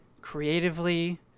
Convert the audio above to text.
creatively